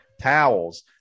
towels